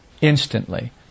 Instantly